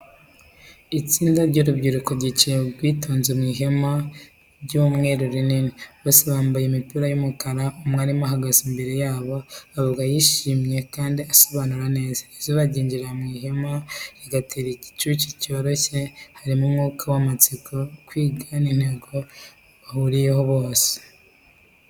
Itsinda ry’urubyiruko rwicaye rwitonze mu ihema ry’umweru rinini, bose bambaye imipira y’umukara. Umwarimu ahagaze imbere yabo, avuga yishimye kandi asobanura neza. Izuba ryinjirira mu ihema, rigatera ibicucu byoroheje. Harimo umwuka w’amatsiko, kwiga n’intego bahuriyeho bose.